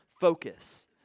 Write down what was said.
focus